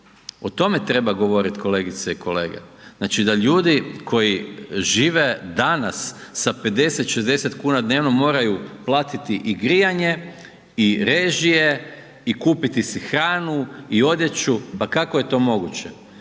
o tome treba govorit kolegice i kolege, znači da ljudi koji žive danas sa 50-60,00 kn dnevno moraju platiti i grijanje i režije i kupiti si hranu i odjeću, pa kako je to moguće?